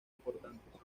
importantes